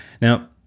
Now